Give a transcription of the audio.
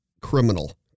Criminal